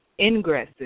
ingresses